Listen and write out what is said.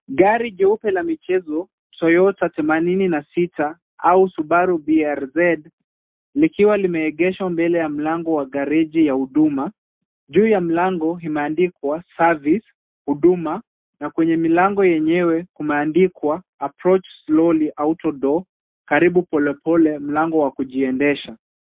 Gari jeupe la michezo Toyota 86 au Subaru BRZ, likiwa limeegeshwa mbele ya mlango wa gereji ya huduma. Juu ya mlango imeandikwa service huduma na kwenye milango yenyewe kumeandikwa approach slowly auto door karibu pole pole, mlango wa kujiendesha.